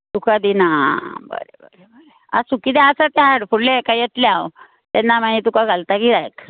तुका दिना आ बरें बरें बरें आसूं किदें आसा तें हाड फुडल्या हेका येतलें हांव तेन्ना मागीर तुका घालता गिरायक